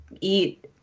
eat